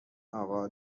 آقا